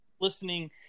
Listening